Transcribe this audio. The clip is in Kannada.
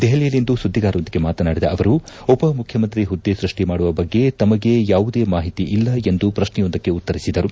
ದೆಹಲಿಯಲ್ಲಿಂದು ಸುದ್ಗಿಗಾರರೊಂದಿಗೆ ಮಾತನಾಡಿದ ಅವರು ಉಪಮುಖ್ಯಮಂತ್ರಿ ಹುದ್ದೆ ಸೃಷ್ಟಿ ಮಾಡುವ ಬಗ್ಗೆ ತಮಗೆ ಯಾವುದೇ ಮಾಹಿತಿ ಇಲ್ಲ ಎಂದು ಪ್ರಶ್ನೆಯೊಂದಕ್ಕೆ ಉತ್ತರಿಸಿದರು